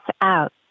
out